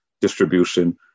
distribution